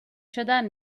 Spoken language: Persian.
شدن